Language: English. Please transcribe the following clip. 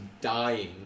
dying